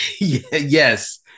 yes